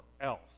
else